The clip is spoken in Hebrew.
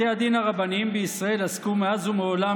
בתי הדין הרבניים בישראל עסקו מאז ומעולם